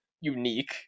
unique